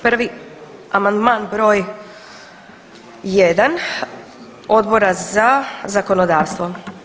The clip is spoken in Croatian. Prvi, amandman br. 1. Odbora za zakonodavstvo.